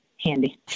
handy